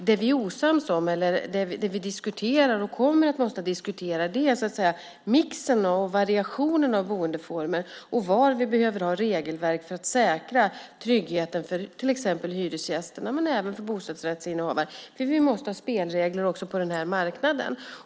Det vi är osams om eller det vi diskuterar och kommer att behöva diskutera gäller mixen och variationen av boendeformer och var vi behöver ha regelverk för att säkra tryggheten för till exempel hyresgästerna men även för bostadsrättsinnehavarna. Vi måste nämligen ha spelregler också på den här marknaden.